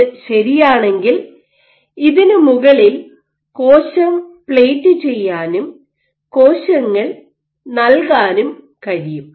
ഇത് ശരിയാണെങ്കിൽ ഇതിനു മുകളിൽ കോശം പ്ലേറ്റ് ചെയ്യാനും കോശങ്ങൾ നൽകാനും കഴിയും